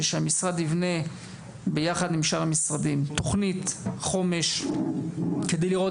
שהמשרד יבנה ביחד עם שאר המשרדים תוכנית חומש כדי לראות